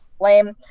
lame